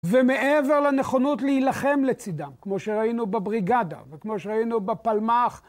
ומעבר לנכונות להילחם לצידם, כמו שראינו בבריגדה, וכמו שראינו בפלמ"ח.